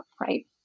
right